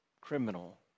criminal